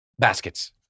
Baskets